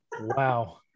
Wow